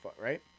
right